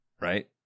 right